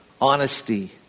honesty